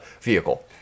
vehicle